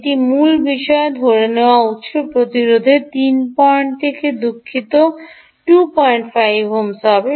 এটি মূল বিষয় ধরে নেওয়া উত্স প্রতিরোধের 3 পয়েন্ট থেকে দুঃখিত 2 5 ওহম হবে